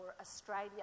Australia